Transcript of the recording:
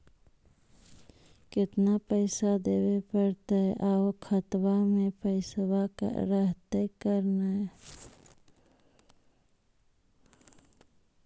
केतना पैसा देबे पड़तै आउ खातबा में पैसबा रहतै करने?